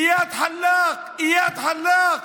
איאד אלחלאק.